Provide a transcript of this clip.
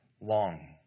long